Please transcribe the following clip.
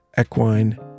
equine